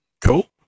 cool